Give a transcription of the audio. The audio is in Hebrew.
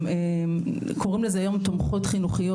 קוראים לזה היום 'תומכות חינוכיות',